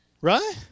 right